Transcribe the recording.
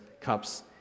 cups